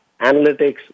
analytics